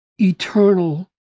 eternal